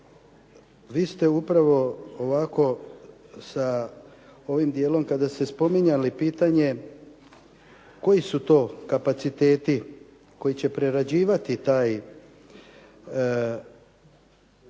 vi ste upravo ovako sa ovim dijelom kada ste spominjali pitanje koji su to kapaciteti koji će prerađivati taj